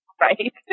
Right